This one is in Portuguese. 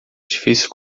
difícil